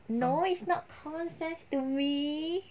no it's not common sense to me